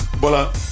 Bola